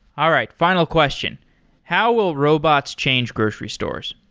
all right. final question how will robots change grocery stores?